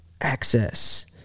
access